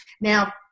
Now